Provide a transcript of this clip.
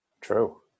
True